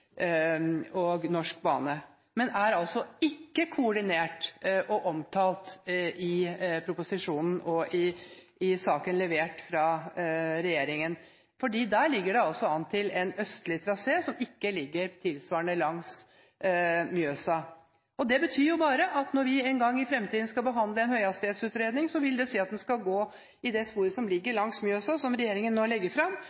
og Norsk Bane. Men det er altså ikke koordinert og omtalt i proposisjonen og i saken levert fra regjeringen. Der ligger det an til en østlig trasé, som ikke ligger tilsvarende langs Mjøsa. Det betyr bare at når vi en gang i fremtiden skal behandle en høyhastighetstrasé, vil den gå i det sporet som ligger langs Mjøsa, og som regjeringen nå legger fram,